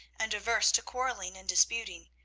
and averse to quarrelling and disputing,